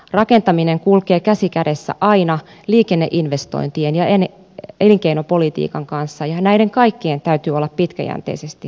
rakentaminen kulkee käsi kädessä aina liikenneinvestointien ja elinkeinopolitiikan kanssa ja näiden kaikkien täytyy olla pitkäjänteisesti suunniteltua toimintaa